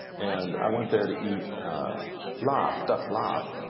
and i went there to eat larb, duck larb.